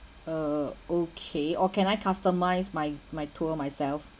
uh okay or can I customise my my tour myself